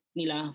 nila